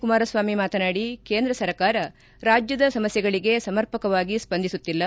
ಕುಮಾರಸ್ವಾಮಿ ಮಾತನಾಡಿ ಕೇಂದ್ರ ಸರ್ಕಾರ ರಾಜ್ಯದ ಸಮಸ್ಠೆಗಳಿಗೆ ಸಮರ್ಪಕವಾಗಿ ಸ್ಪಂದಿಸುತ್ತಿಲ್ಲ